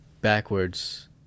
backwards